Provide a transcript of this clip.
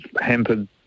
hampered